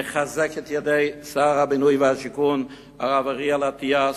אני מחזק את ידי שר הבינוי והשיכון הרב אריאל אטיאס,